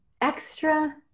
extra